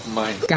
mind